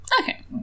Okay